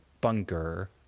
bunker